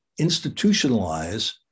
institutionalize